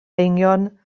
eingion